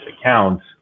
accounts